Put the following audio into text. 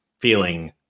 feeling